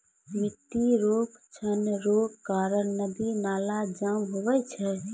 मिट्टी रो क्षरण रो कारण नदी नाला जाम हुवै छै